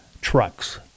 trucks